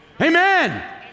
Amen